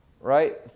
right